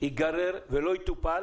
ייגרר ולא יטופל